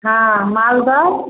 हँ मालदह